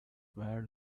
very